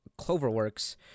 CloverWorks